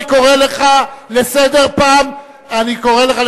אני קורא לך לסדר פעם ראשונה.